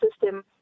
system